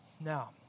Now